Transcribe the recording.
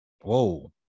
Whoa